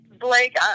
Blake